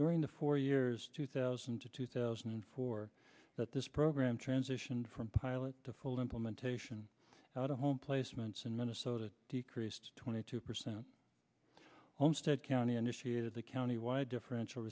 during the four years two thousand to two thousand and four that this program transitioned from pilot to full implementation out of home placements in minnesota decreased twenty two percent homestead county initiated the county wide differential